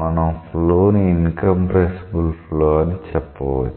మనం ఫ్లో ని incompressible flow అని చెప్పవచ్చు